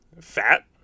fat